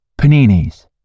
Paninis